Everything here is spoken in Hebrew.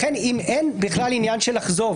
לכן אם אין עניין של חזרה,